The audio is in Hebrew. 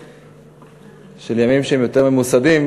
שהם יותר ממוסדים,